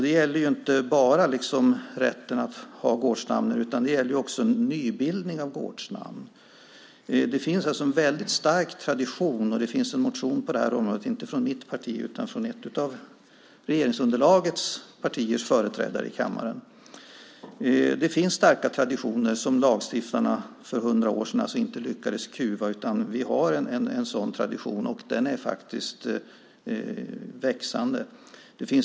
Det gäller inte bara rätten att ha gårdsnamn utan också nybildningen av dem. Där finns alltså en stark tradition. Det finns en motion om gårdsnamn, inte från mitt parti utan från en företrädare för ett av regeringsunderlagets partier i kammaren. Det finns starka traditioner som lagstiftarna för hundra år sedan inte lyckades kuva. Vi har en sådan tradition, och den är växande.